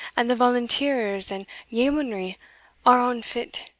and the volunteers and yeomanry, are on fit,